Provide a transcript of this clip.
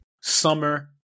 summer